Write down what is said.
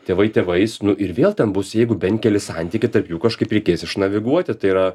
tėvai tėvais nu ir vėl ten bus jeigu bent keli santykiai tarp jų kažkaip reikės išnaviguoti tai yra